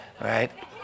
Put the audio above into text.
Right